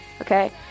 Okay